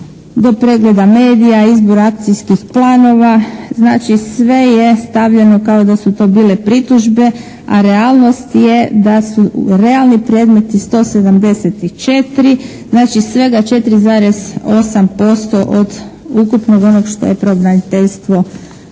do pregleda medija, izbora akcijskih planova. Znači, sve je stavljeno kao da su to bile pritužbe, a realnost je da su realni predmeti 174. Znači, svega 4,8% od ukupnog onog što je pravobraniteljstvo